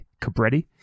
Cabretti